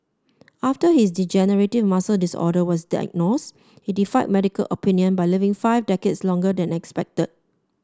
after his degenerative muscle disorder was diagnosed he defied medical opinion by living five decades longer than expected